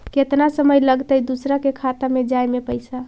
केतना समय लगतैय दुसर के खाता में जाय में पैसा?